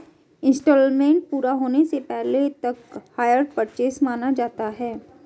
instalment पूरा होने से पहले तक हायर परचेस माना जाता है